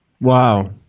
Wow